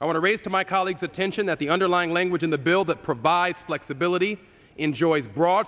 i want to raise to my colleagues attention that the underlying language in the bill that provides flexibility enjoys bro